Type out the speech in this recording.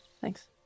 Thanks